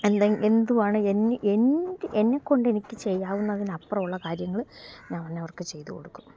എന്തുവാണെ എനിക്ക് എന്നേക്കൊണ്ട് എനിക്ക് ചെയ്യാവുന്നതിന് അപ്പുറമുള്ള കാര്യങ്ങൾ ഞാനവർക്ക് ചെയ്ത് കൊടുക്കും